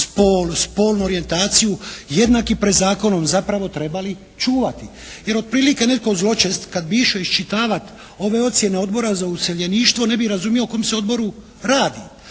spolnu orijentaciju jednaki pred zakonom zapravo trebali čuvati. Jer otprilike netko zločest kad bi išao iščitavati ove ocjene Odbora za useljeništvo ne bi razumio o kojem se Odboru radi?